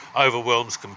overwhelms